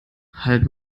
halt